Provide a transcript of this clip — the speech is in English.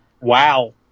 Wow